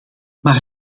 maar